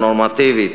הנורמטיבית,